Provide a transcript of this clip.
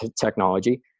technology